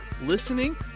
listening